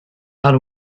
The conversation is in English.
and